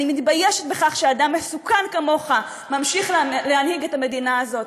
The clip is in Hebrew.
אני מתביישת בכך שאדם מסוכן כמוך ממשיך להנהיג את המדינה הזאת.